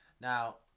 Now